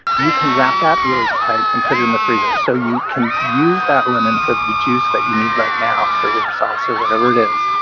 you can wrap that really tight and put it in the freezer. so you can use that lemon for the juice that you need right now for your sauce or whatever it is.